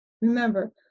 remember